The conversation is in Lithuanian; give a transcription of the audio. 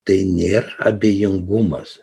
tai nėra abejingumas